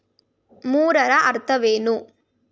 ಮೂರರ ಅರ್ಥವೇನು?